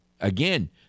again